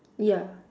ya